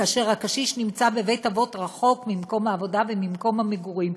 כאשר הקשיש נמצא בבית-אבות רחוק ממקום העבודה וממקום המגורים,